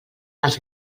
els